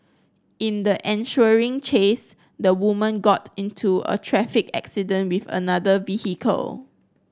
in the ensuing chase the woman got into a traffic accident with another vehicle